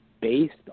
based